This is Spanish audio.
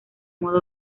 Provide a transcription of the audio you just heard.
modo